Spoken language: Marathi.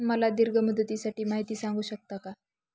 मला दीर्घ मुदतीसाठी माहिती सांगू शकता का?